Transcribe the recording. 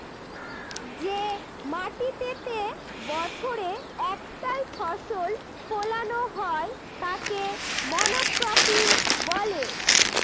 যে মাটিতেতে বছরে একটাই ফসল ফোলানো হয় তাকে মনোক্রপিং বলে